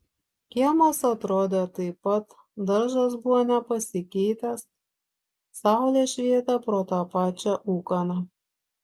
kiemas atrodė taip pat daržas buvo nepasikeitęs saulė švietė pro tą pačią ūkaną